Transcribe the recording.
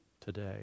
today